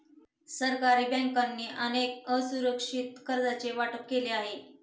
सरकारी बँकांनी अनेक असुरक्षित कर्जांचे वाटप केले आहे